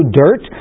dirt